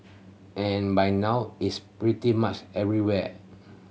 and by now is pretty much everywhere